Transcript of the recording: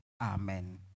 Amen